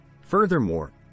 Furthermore